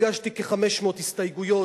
הגשתי כ-500 הסתייגויות,